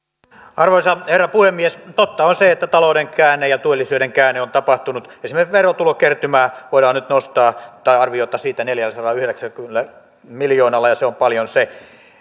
arvoisa herra puhemies totta on se että talouden käänne ja työllisyyden käänne on tapahtunut esimerkiksi arviota verotulokertymästä voidaan nyt nostaa neljälläsadallayhdeksälläkymmenellä miljoonalla ja se on paljon se